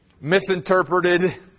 misinterpreted